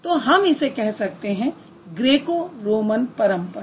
तो हम इसे कह सकते हैं ग्रेको रोमन परंपरा